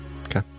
Okay